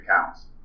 accounts